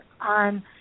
on